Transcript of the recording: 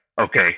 okay